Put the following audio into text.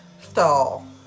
stall